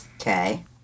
Okay